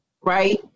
right